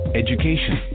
education